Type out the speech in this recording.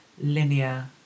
linear